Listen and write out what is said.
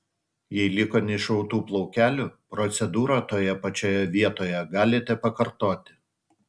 jei liko neišrautų plaukelių procedūrą toje pačioje vietoje galite pakartoti